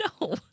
No